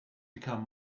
become